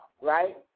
right